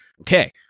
Okay